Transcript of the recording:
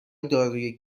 داروی